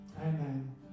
Amen